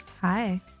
Hi